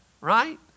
right